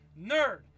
Nerd